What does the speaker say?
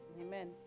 Amen